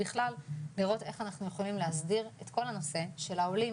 בכלל לראות איך אנחנו יכולים להסדיר את כל הנושא של העולים